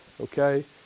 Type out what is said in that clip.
okay